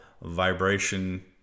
vibration